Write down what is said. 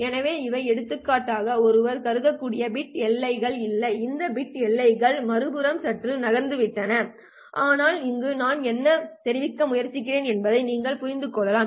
எனவே இவை எடுத்துக்காட்டாக ஒருவர் கருதக்கூடிய பிட் எல்லைகள் இல்லை இந்த பிட் எல்லைகள் மறுபுறம் சற்று நகர்ந்துவிட்டன ஆனால் இங்கு நான் என்ன தெரிவிக்க முயற்சிக்கிறேன் என்பதை நீங்கள் புரிந்து கொள்ளலாம்